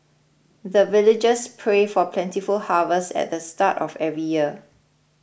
the villagers pray for plentiful harvest at the start of every year